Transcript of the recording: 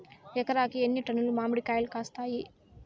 ఎకరాకి ఎన్ని టన్నులు మామిడి కాయలు కాస్తాయి?